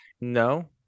No